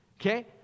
okay